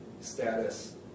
status